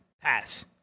pass